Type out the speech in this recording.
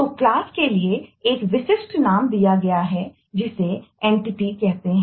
तो क्लास के लिए एक विशिष्ट नाम दिया गया है जिसको एंटिटी कहते हैं